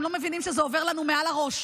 הם לא מבינים שזה עובר לנו מעל הראש,